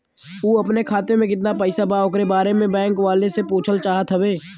उ अपने खाते में कितना पैसा बा ओकरा बारे में बैंक वालें से पुछल चाहत हवे?